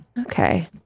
okay